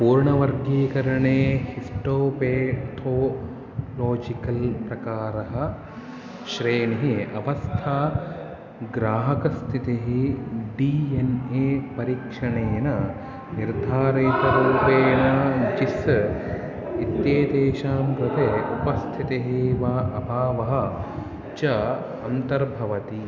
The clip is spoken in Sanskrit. पूर्णवर्गीकरणे हिस्टोपेठोलोजिकल् प्रकारः श्रेणिः अवस्था ग्राहकस्थितिः डी एन् ए परीक्षणेन निर्धारितरूपेण जीन्स् इत्येतेषां कृते उपस्थितिः वा अभावः च अन्तर्भवति